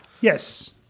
Yes